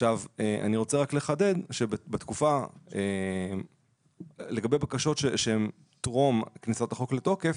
אני רוצה רק לחדד לגבי בקשות שהן טרום כניסת החוק לתוקף,